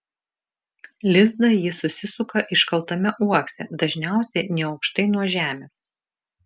lizdą ji susisuka iškaltame uokse dažniausiai neaukštai nuo žemės